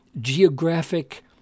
geographic